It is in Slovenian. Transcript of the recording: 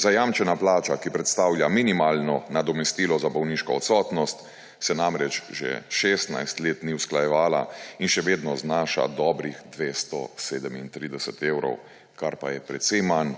Zajamčena plača, ki predstavlja minimalno nadomestilo za bolniško odsotnost, se namreč že 16 let ni usklajevala in še vedno znaša dobrih 237 evrov, kar pa je precej manj